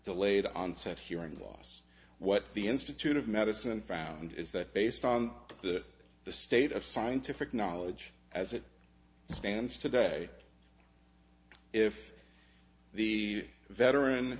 delayed onset hearing loss what the institute of medicine found is that based on the the state of scientific knowledge as it stands today if the veteran